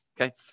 okay